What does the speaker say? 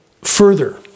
Further